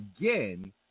again